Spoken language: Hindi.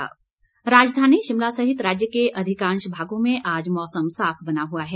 मौसम राजधानी शिमला सहित राज्य के अधिकांश भागों में आज मौसम साफ बना हुआ है